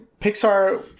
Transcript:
Pixar